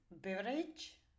beverage